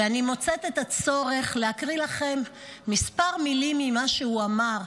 אני מוצאת את הצורך להקריא לכם מספר מילים ממה שהוא אמר,